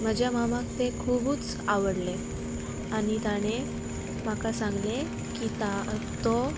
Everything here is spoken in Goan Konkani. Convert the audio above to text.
म्हाज्या मामाक तें खुबूच आवडलें आनी ताणें म्हाका सांगलें की ता तो